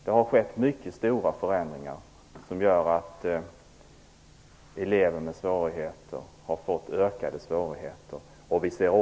Det har skett mycket stora förändringar som gör att elever med svårigheter har fått ökade svårigheter.